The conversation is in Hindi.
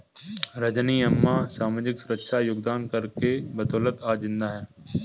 रजनी अम्मा सामाजिक सुरक्षा योगदान कर के बदौलत आज जिंदा है